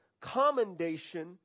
commendation